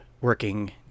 working